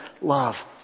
love